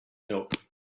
milk